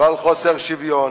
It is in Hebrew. לא על חוסר שוויון,